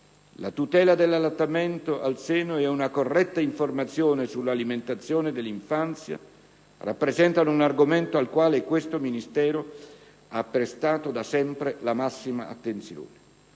La tutela dell'allattamento al seno e una corretta informazione sull'alimentazione dell'infanzia rappresentano un argomento al quale questo Ministero ha prestato, da sempre, la massima attenzione.